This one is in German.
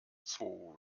zwo